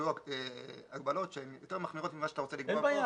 יקבעו הגבלות שהן יותר מחמירות ממה שאתה רוצה לקבוע פה,